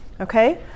Okay